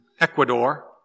Ecuador